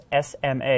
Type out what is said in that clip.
SMA